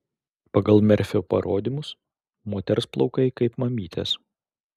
pagal merfio parodymus moters plaukai kaip mamytės